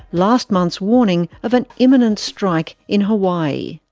last month's warning of an imminent strike in hawaii.